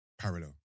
parallel